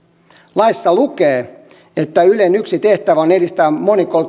laissa lukee että ylen yksi tehtävä on edistää